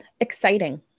Exciting